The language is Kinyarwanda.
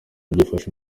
byifashe